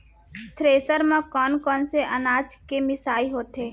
Thresher म कोन कोन से अनाज के मिसाई होथे?